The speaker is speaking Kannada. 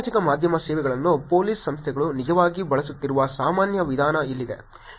ಸಾಮಾಜಿಕ ಮಾಧ್ಯಮ ಸೇವೆಗಳನ್ನು ಪೊಲೀಸ್ ಸಂಸ್ಥೆಗಳು ನಿಜವಾಗಿ ಬಳಸುತ್ತಿರುವ ಸಾಮಾನ್ಯ ವಿಧಾನ ಇಲ್ಲಿದೆ